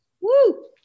Woo